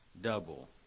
Double